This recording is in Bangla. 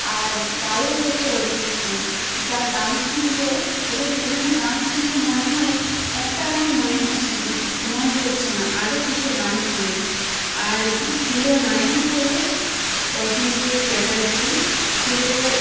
আর গায়ক হচ্ছে অরিজিৎ সিং যার গান শুনলে ওদের দুজনের গান শুনলে মনে হয় একটা গানই মনে হচ্ছে না মন ভরছে না আরও কিছু গান শুনি আর প্রিয় নায়ক হল প্রসেনজিৎ চ্যাটার্জি প্রিয়